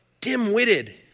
Dim-witted